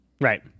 Right